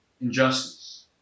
injustice